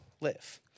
live